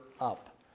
up